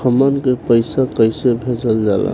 हमन के पईसा कइसे भेजल जाला?